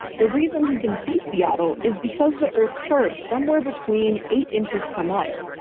the reason he can see seattle is because the earth curves somewhere between eight inches per mile.